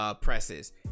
presses